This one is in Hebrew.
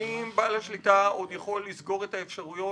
ואם בעל השליטה עוד יכול לסגור את האפשרויות